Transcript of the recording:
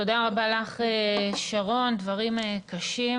תודה רבה לך, שרון, דברים קשים.